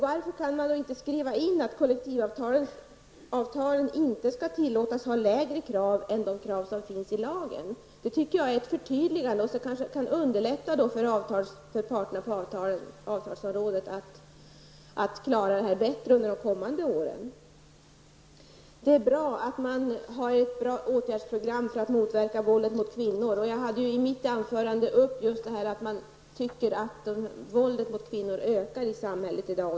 Varför kan man inte ta med att kollektivavtalen inte skall tillåtas ha lägre krav än de krav som finns i lagen? Jag tycker att det skulle vara ett förtydligande som skulle underlätta för parterna på avtalsområdet att klara detta bättre under de kommande åren. Det är bra att det finns ett åtgärdsprogram för att motverka våldet mot kvinnor. Jag tog i mitt anförande upp frågan om att våldet mot kvinnor ökar i samhället i dag.